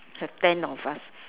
so ten of us